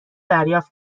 دریافت